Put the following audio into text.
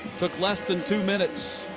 took less than two minutes.